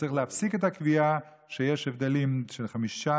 וצריך להפסיק את הקביעה שיש הבדלים של 40%,